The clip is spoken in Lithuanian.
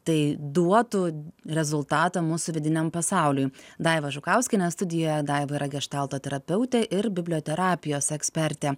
tai duotų rezultatą mūsų vidiniam pasauliui daiva žukauskienė studijoje daiva yra geštalto terapeutė ir biblioterapijos ekspertė